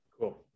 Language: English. Cool